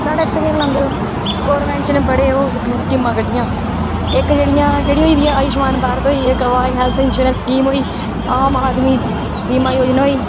साढ़ै इत्थें केह् गलांदे गौरमैंट नै बड़ियां स्कीमां कड्डियां इक जेह्ड़ी अयुष्मान भारत होई इक हैल्थ इंसोरैंस स्कीम होई आम आदमी भीमा योजना होई